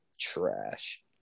trash